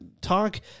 talk